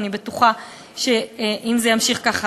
ואני בטוחה שאם זה יימשך כך,